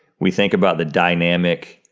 we think about the dynamic,